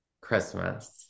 Christmas